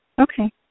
Okay